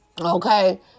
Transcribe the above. Okay